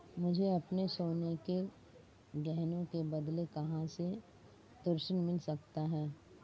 मुझे अपने सोने के गहनों के बदले कहां से ऋण मिल सकता है?